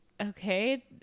okay